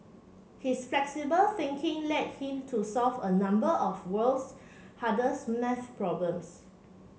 his flexible thinking led him to solve a number of world's hardest maths problems